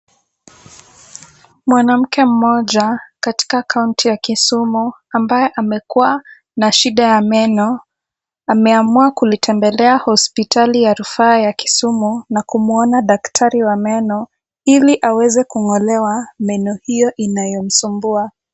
Mwanamke mmoja katika county ya Kisumu ambaye amekuwa na shida ya meno ameamua kuitembelea hospitali ya rufaa ya Kisumu na kumuona daktari wa meno ili aweze kung'olewa meno hiyo inayomsumbua.